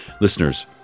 Listeners